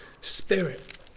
spirit